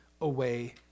away